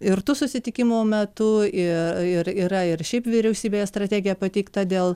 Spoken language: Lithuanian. ir tų susitikimo metu ir ir yra ir šiaip vyriausybėje strategija pateikta dėl